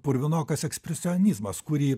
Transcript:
purvinokas ekspresionizmas kurį